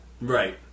Right